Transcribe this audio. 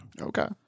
okay